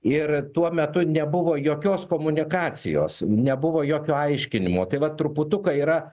ir tuo metu nebuvo jokios komunikacijos nebuvo jokio aiškinimo tai va truputuką yra